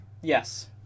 Yes